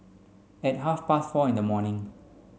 at half past four in the morning